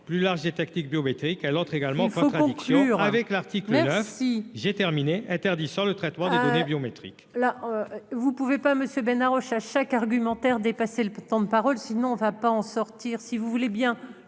plus large et biométriques à l'autre, également en contradiction avec l'article, j'ai terminé interdissent le traitement des données biométriques. Là vous pouvez pas Monsieur Bénard chaque argumentaire dépasser le temps de parole, sinon on va pas en sortir